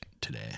today